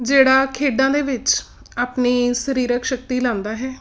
ਜਿਹੜਾ ਖੇਡਾਂ ਦੇ ਵਿੱਚ ਆਪਣੀ ਸਰੀਰਕ ਸ਼ਕਤੀ ਲਾਉਂਦਾ ਹੈ